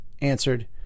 answered